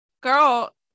girl